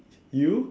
you